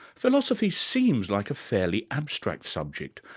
philosophy seems like a fairly abstract subject,